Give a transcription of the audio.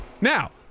now